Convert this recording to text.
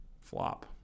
flop